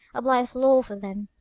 a blithe law for them!